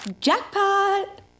Jackpot